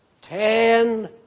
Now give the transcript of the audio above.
ten